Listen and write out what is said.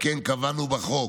על כן קבענו בחוק